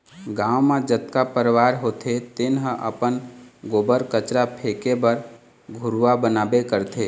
गाँव म जतका परवार होथे तेन ह अपन गोबर, कचरा फेके बर घुरूवा बनाबे करथे